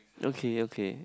okay okay